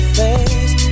face